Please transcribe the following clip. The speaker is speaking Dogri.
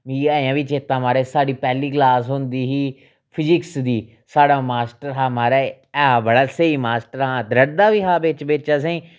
मिगी अजें बी चेता महाराज साढ़ी पैह्ली क्लास होंदी ही फजिक्स दी साढ़ा मास्टर हा महाराज ऐ बड़ा स्हेई मास्टर हा द्रंडदा बी ऐ हा बिच्च बिच्च असेंगी